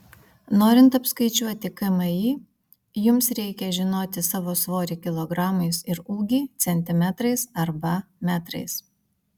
norint apskaičiuoti kmi jums reikia žinoti savo svorį kilogramais ir ūgį centimetrais arba metrais